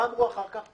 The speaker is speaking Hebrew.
מה אמרו אחר כך?